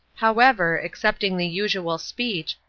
however, excepting the usual speech,